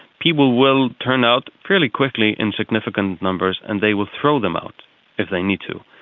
people will turn out fairly quickly in significant numbers and they will throw them out if they need to.